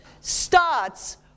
starts